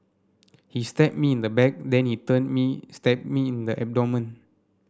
he stabbed me in the back then he turned me stabbed me in the abdomen